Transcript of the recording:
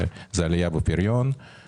הוא עלייה בפריון.